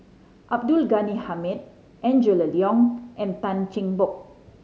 Abdul Ghani Hamid Angela Liong and Tan Cheng Bock